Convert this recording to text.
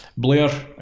Blair